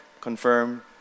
confirm